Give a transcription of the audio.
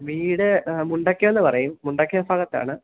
വീട് മുണ്ടക്കയം എന്ന് പറയും മുണ്ടക്കയം ഭാഗത്താണ്